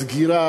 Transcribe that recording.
סגירה,